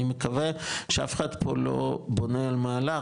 אני מקווה שאף אחד פה לא בונה על מהלך,